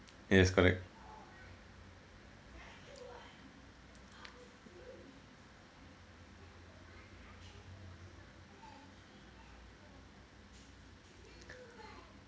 yes correct